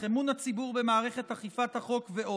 אמון הציבור במערכת אכיפת החוק ועוד,